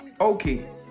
okay